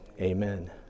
Amen